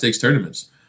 tournaments